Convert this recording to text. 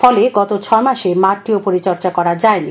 ফলে গত ছয় মাসে মাঠটিও পরিচর্যা করা যায় নি